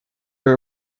are